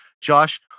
Josh